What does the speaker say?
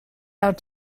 out